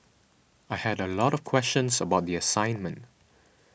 I had a lot of questions about the assignment